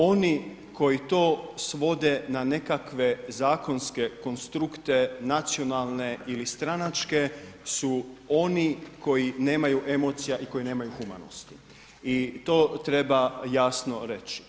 Oni koji to svode na nekakve zakonske konstrukte nacionalne ili stranačke su oni koji nemaju emocija i koji nemaju humanosti i to treba jasno reći.